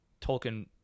Tolkien